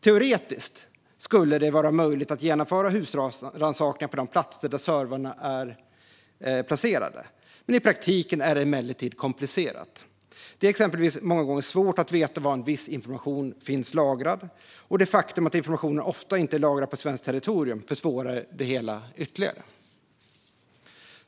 Teoretiskt skulle det vara möjligt att genomföra husrannsakningar på de platser där servrarna är placerade. I praktiken är det emellertid komplicerat. Det är exempelvis många gånger svårt att veta var viss information finns lagrad. Det faktum att informationen ofta inte är lagrad på svenskt territorium försvårar det hela ytterligare.